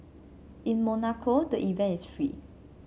in Monaco the event is free